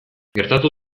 gertatu